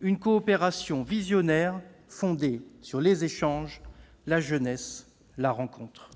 une coopération visionnaire fondée sur les échanges, la jeunesse, la rencontre.